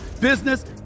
business